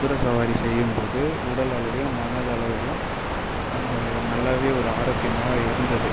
குதிர சவாரி செய்யும்போது உடல் அளவையும் மனதளவுலயும் நல்லாவே ஒரு ஆரோக்கியமாகவே இருந்தது